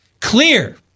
Clear